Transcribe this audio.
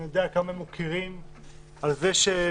אני יודע כמה הם מוקירים את הוועדה